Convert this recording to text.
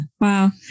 Wow